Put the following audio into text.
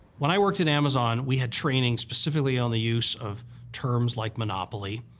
when i worked at amazon, we had training specifically on the use of terms like monopoly.